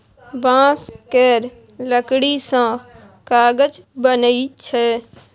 बांस केर लकड़ी सँ कागज बनइ छै